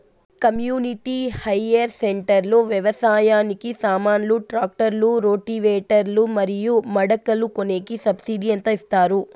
community hire centre లో వ్యవసాయానికి సామాన్లు ట్రాక్టర్లు రోటివేటర్ లు మరియు మడకలు కొనేకి సబ్సిడి ఎంత ఇస్తారు